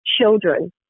children